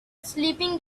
sleeping